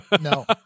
No